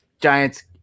Giants